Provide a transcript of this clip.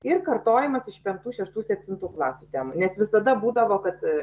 ir kartojimas iš penktų šeštų septintų klasių temų nes visada būdavo kad